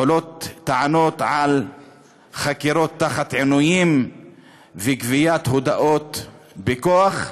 עולות טענות על חקירות בעינויים וגביית הודאות בכוח,